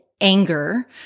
anger